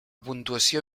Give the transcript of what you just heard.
puntuació